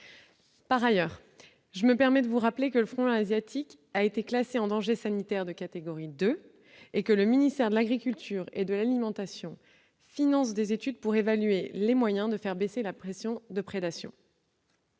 Par ailleurs, je me permets de vous rappeler que le frelon asiatique a été classé en danger sanitaire de catégorie 2 et que le ministère de l'agriculture et de l'alimentation finance des études pour évaluer les moyens de faire baisser la pression de prédation.